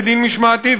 בדין משמעתי,